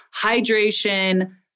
hydration